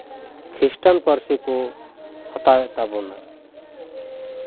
ᱠᱷᱤᱥᱴᱟᱱ ᱯᱟᱹᱨᱥᱤ ᱠᱚ ᱦᱟᱛᱟᱣᱮᱫ ᱛᱟᱵᱚᱱᱟ